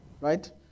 Right